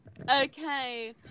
Okay